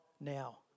Now